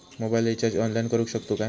Mobile recharge online करुक शकतू काय?